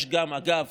אגב,